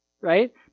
right